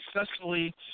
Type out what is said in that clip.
successfully